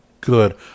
good